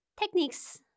Techniques